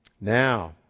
Now